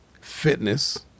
fitness